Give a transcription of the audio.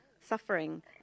suffering